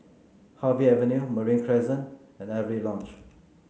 Harvey Avenue Marine Crescent and Avery Lodge